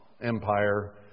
empire